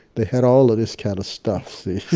they had all of this kind of stuff,